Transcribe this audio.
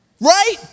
Right